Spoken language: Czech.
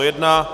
1.